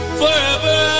forever